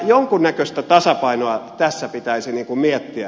jonkunnäköistä tasapainoa tässä pitäisi miettiä